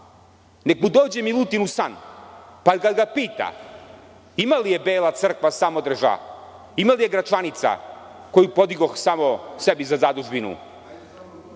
nek mu dođe Milutin u san pa kad ga pita – ima li je Bela crkva Samodreža, ima li je Gračanica koju podigoh samom sebi za zadužbinu,